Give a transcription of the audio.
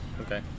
Okay